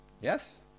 Yes